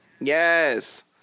yes